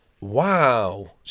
Wow